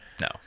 no